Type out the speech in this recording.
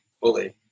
fully